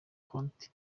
konti